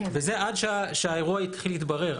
וזה עד שהאירוע יתחיל להתברר,